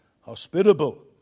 hospitable